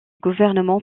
gouvernement